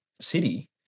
City